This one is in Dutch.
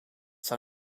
zou